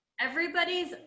Everybody's